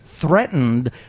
Threatened